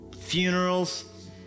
funerals